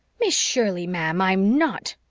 miss shirley, ma'am, i'm not!